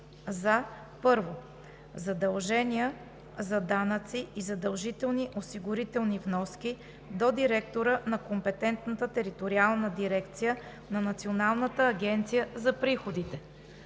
за: 1. задължения за данъци и задължителни осигурителни вноски – до директора на компетентната териториална дирекция на Националната агенция за приходите;